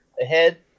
ahead